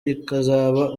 ikazaba